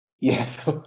Yes